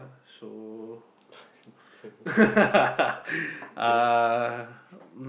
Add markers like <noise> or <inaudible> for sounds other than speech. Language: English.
<laughs> okay